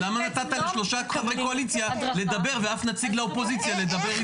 למה נתת לשלושה חברי קואליציה לדבר ולא לאף נציג אופוזיציה לדבר?